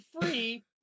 free